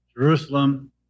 Jerusalem